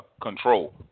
control